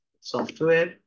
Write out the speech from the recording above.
software